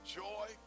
joy